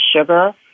sugar